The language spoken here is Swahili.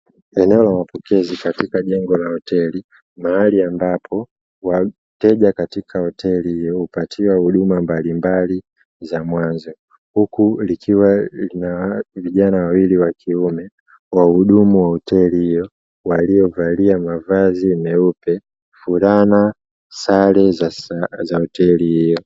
Eneo la mapokezi katika jengo hoteli mahali ambapo wateja katika hoteli hiyo hupatiwa huduma mbalimbali za mwanzo, huku likiwa lina vijana wawili wakiume wa hudumu wa hoteli hiyo waliyovalia mavazi meupe, fulana sare za hoteli hiyo.